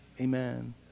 Amen